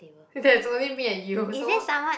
it's only me and you so